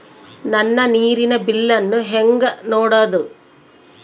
ನನ್ನ ನೇರಿನ ಬಿಲ್ಲನ್ನು ಹೆಂಗ ನೋಡದು?